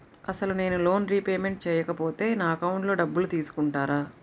అసలు నేనూ loan repayment చేయకపోతే నా అకౌంట్లో డబ్బులు తీసుకుంటారా?